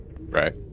Right